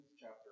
chapter